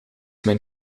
mijn